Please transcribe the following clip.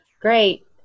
Great